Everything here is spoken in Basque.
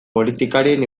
politikarien